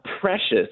precious